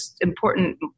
important